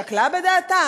שקלה בדעתה,